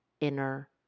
inner